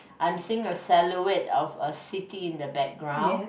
I'm seeing silhouette of a city in the background